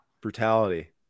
Brutality